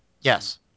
Yes